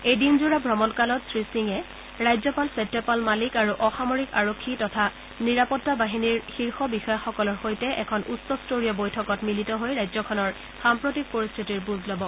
এই দিনজোৰা অমণকালত শ্ৰী সিঙে ৰাজ্যপাল সত্যপাল মালিক আৰু অসামৰিক আৰক্ষী তথা নিৰাপত্তা বাহিনীৰ শীৰ্ষ বিষয়াসকলৰ সৈতে এখন উচ্চস্তৰীয় বৈঠকত মিলিত হৈ ৰাজ্যখনৰ সাম্প্ৰতিক পৰিস্থিতিৰ বুজ লব